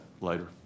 later